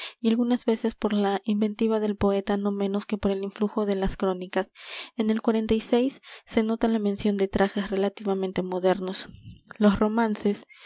y algunas veces por la inventiva del poeta no menos que por el influjo de las crónicas en el se nota la mención de trajes relativamente modernos los romances